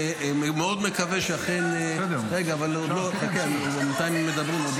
מאוד מקווה, חכה, הם בינתיים מדברים.